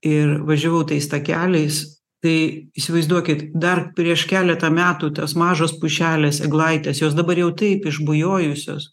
ir važiavau tais takeliais tai įsivaizduokit dar prieš keletą metų tos mažos pušelės eglaitės jos dabar jau taip išbujojusios